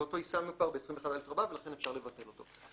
ואותו יישמנו כבר ב-21א רבא ולכן אפשר לבטל אותו.